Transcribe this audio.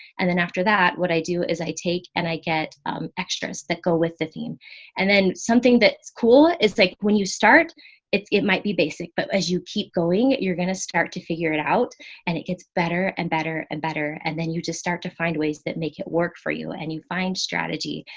and then after that, what i do is i take and i get extras that go with the theme and then something that's cool. it's like when you start it's, it might be basic. but as you keep going, you're going to start to figure it out and it gets better and better and better. and then you just start to find ways that make it work for you and you find strategy.